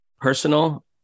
personal